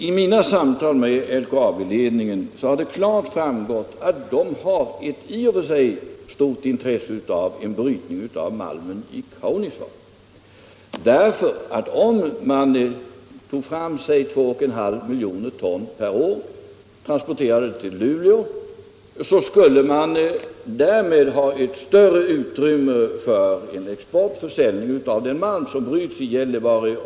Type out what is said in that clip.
I mina samtal med LKAB-ledningen har det klart framgått att företaget i och för sig haft ett stort intresse av brytningen av malmen i Kaunisvaara. Om LKAB skulle bryta 21/2 miljon ton malm per år och transportera denna till Luleå, skulle företaget därmed ha ett större utrymme för försäljning av den malm som bryts i Kiruna.